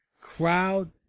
Crowd